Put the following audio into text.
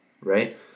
right